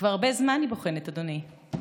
כבר הרבה זמן היא בוחנת, אדוני.